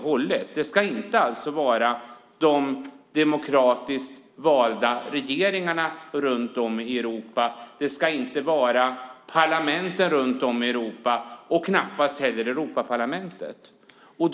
Det ska alltså inte de demokratiskt valda regeringarna och inte heller parlamenten runt om i Europa och knappast Europaparlamentet göra.